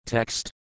Text